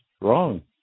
wrong